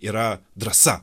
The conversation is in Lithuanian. yra drąsa